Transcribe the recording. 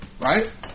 Right